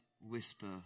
whisper